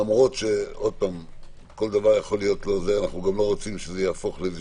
למרות שאנחנו לא רוצים שיהיה מצב שהוא